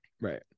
Right